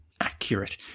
accurate